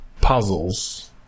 puzzles